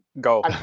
Go